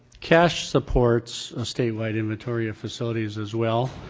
cash supports a statewide inventory of facilities as well.